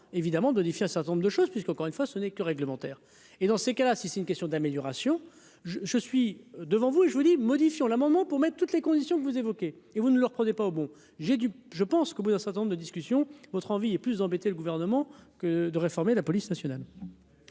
évidemment de à certain nombre de choses puisqu'encore une fois, ce n'est que réglementaire et dans ces cas-là, si c'est une question d'amélioration, je je suis devant vous et je vous dis, modifiant la maman pour mettre toutes les conditions que vous évoquez. Et vous ne leur prenait pas au bon, j'ai dû, je pense qu'au bout d'un certain nombre de discussions votre envie et plus d'embêter le gouvernement que de réformer la police nationale.